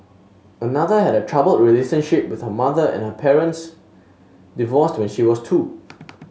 another had a troubled relationship with her mother and her parents divorced when she was two